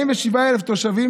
47,000 תושבים,